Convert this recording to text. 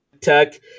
Tech